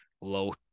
low